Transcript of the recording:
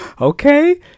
Okay